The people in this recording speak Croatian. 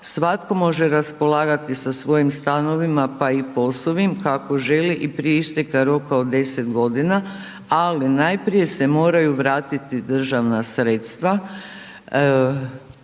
svatko može raspolagati sa svojim stanovima pa i POS-ovim kako želi i prije isteka roka od 10 g. ali najprije se moraju vratiti državna sredstva,